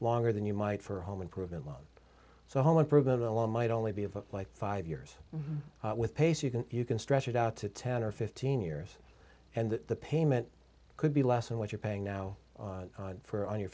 longer than you might for a home improvement loan so a home improvement alone might only be of like five years with pace you can you can stretch it out to ten or fifteen years and the payment could be less than what you're paying now for on your